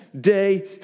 day